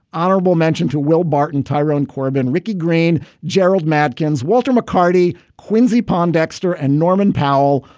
honorable mention to will barton, tyrone corbin, ricky green, gerald mankins, walter mccarty, quincy pondexter and norman powell,